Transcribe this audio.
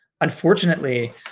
Unfortunately